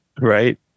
Right